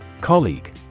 Colleague